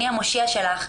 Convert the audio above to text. אני המושיע שלך,